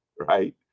right